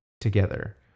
together